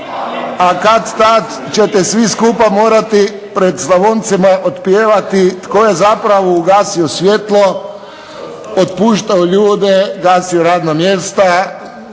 a kad-tad ćete svi skupa morati pred Slavoncima otpjevati tko je zapravo ugasio svjetlo, otpuštao ljude, gasio radna mjesta,